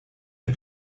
est